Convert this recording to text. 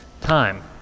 time